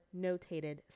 notated